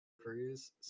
cruise